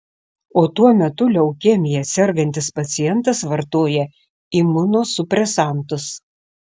o tuo metu leukemija sergantis pacientas vartoja imunosupresantus